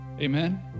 Amen